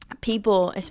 people